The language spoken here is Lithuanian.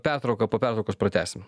pertrauką po pertraukos pratęsim